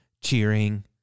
cheering